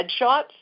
headshots